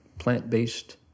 plant-based